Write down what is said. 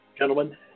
Gentlemen